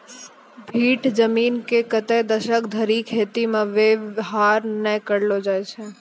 भीठ जमीन के कतै दसक धरि खेती मे वेवहार नै करलो जाय छै